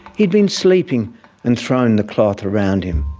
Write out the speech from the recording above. he had been sleeping and thrown the cloth around him.